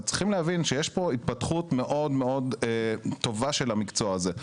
רק צריכים להבין שיש פה התפתחות מאוד מאוד טובה של המקצוע הזה.